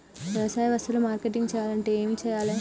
వ్యవసాయ వస్తువులు మార్కెటింగ్ చెయ్యాలంటే ఏం చెయ్యాలే?